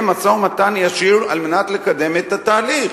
משא-ומתן ישיר כדי לקדם את התהליך.